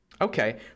Okay